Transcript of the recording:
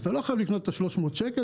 אז אתה לא חייב לקנות את ה-300 שקל,